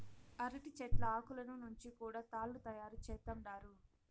అరటి చెట్ల ఆకులను నుంచి కూడా తాళ్ళు తయారు చేత్తండారు